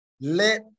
Let